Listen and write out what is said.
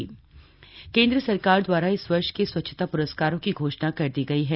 स्वच्छता पुरस्कार केन्द्र सरकार द्वारा इस वर्ष के स्वच्छता पुरस्कारों की घोषणा कर दी गयी है